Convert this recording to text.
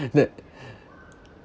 that